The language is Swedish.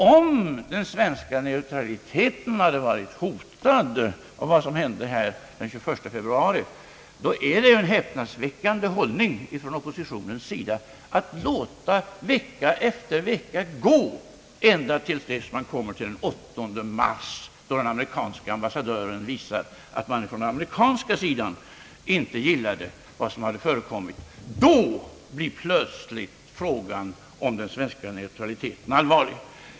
Om den svenska neutraliteten hade varit hotad av vad som hände den 21 februari så är det ju en häpnadsväckande hållning från oppositionens sida att låta vecka efter vecka gå, ända tills den amerikanske ambassadören den 8 mars visar att man från amerikansk sida inte gillade vad som förekommit. Då blir plötsligt frågan om den svenska neutraliteten allvarlig.